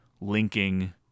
linking